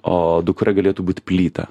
o dukra galėtų būt plyta